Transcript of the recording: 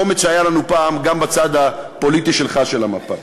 אומץ שהיה לנו פעם גם בצד הפוליטי שלך של המפה.